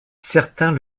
certains